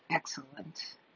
Excellent